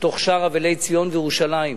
בתוך שאר אבלי ציון וירושלים,